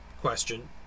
question